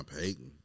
Payton